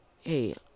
Hey